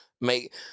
make